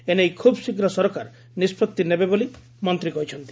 ଏ ନେଇ ଖୁବ୍ ଶୀଘ୍ର ସରକାର ନିଷ୍ବଉି ନେବେ ବୋଲି ମନ୍ତୀ କହିଛନ୍ତି